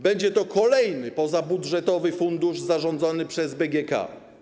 Będzie to kolejny pozabudżetowy fundusz zarządzany przez BGK.